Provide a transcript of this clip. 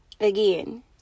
Again